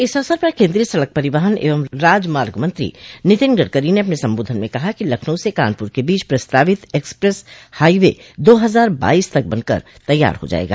इस अवसर पर केन्द्रीय सडक परिवहन एवं राजमार्ग मंत्री नितिन गडगरी ने अपने सम्बोधन में कहा कि लखनऊ से कानपूर के बीच प्रस्तावित एक्सप्रेस हाईवे दो हजार बाइस तक बनकर तैयार हो जायेगा